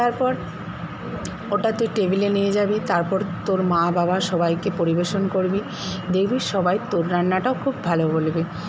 তারপর ওটা তুই টেবিলে নিয়ে যাবি তারপর তোর মা বাবা সবাইকে পরিবেশন করবি দেখবি সবাই তোর রান্নাটাও খুব ভালো বলবে